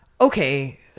Okay